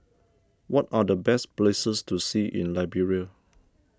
what are the best places to see in Liberia